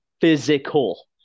physical